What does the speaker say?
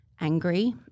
angry